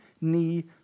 knee